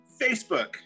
Facebook